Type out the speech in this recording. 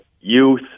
youth